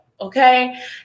Okay